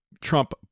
Trump